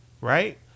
right